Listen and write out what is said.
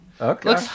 Okay